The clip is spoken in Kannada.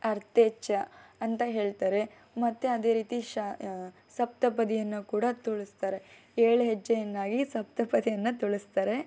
ಅರ್ಥೇ ಚ ಅಂತ ಹೇಳ್ತಾರೆ ಮತ್ತೆ ಅದೇ ರೀತಿ ಶ ಸಪ್ತಪದಿಯನ್ನು ಕೂಡ ತುಳಿಸ್ತಾರೆ ಏಳು ಹೆಜ್ಜೆಯನ್ನಾಗಿ ಸಪ್ತಪದಿಯನ್ನು ತುಳಿಸ್ತಾರೆ